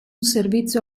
servizio